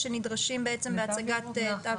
שנדרשים להצגת תו ירוק.